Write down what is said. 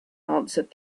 answered